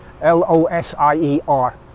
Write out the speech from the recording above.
L-O-S-I-E-R